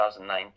2019